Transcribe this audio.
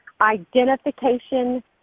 identification